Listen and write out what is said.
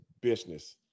business